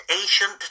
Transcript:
ancient